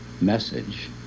message